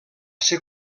ser